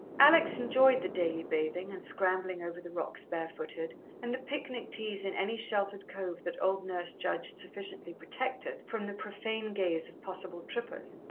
alex enjoyed the daily bathing, and scrambling over the rocks barefooted, and the picnic teas in any sheltered cove that old nurse judged sufficiently protected from the profane gaze of possible trippers.